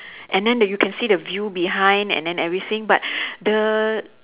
and then the you can see the view behind and then everything but the